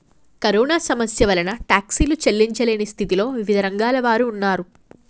corona సమస్య వలన టాక్సీలు చెల్లించలేని స్థితిలో వివిధ రంగాల వారు ఉన్నారు